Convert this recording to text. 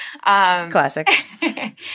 classic